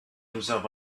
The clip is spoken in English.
himself